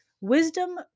Wisdom